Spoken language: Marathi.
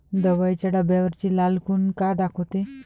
दवाईच्या डब्यावरची लाल खून का दाखवते?